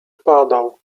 padał